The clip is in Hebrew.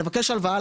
לבקש הלוואה,